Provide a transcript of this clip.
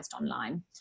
online